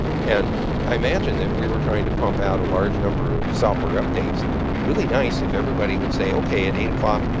and i imagine if we were trying to pump out a large number of software updates, it would be really nice if everybody would say, okay, at eight zero,